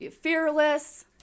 fearless